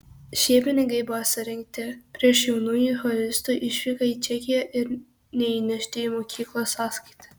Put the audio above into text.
šie pinigai buvo surinkti prieš jaunųjų choristų išvyką į čekiją ir neįnešti į mokyklos sąskaitą